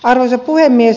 arvoisa puhemies